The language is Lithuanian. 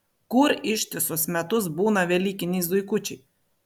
kur ištisus metus būna velykiniai zuikučiai